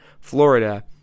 Florida